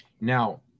Now